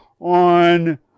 on